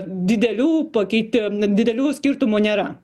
didelių pakeiti didelių skirtumų nėra